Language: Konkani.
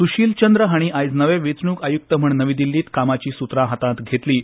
सूशील चंद्र हांणी आयज नवे वेंचणूक आयूक्त म्हण नवी दिल्लींत कामाचीं सूत्रां हातांत घेतलीं